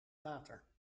water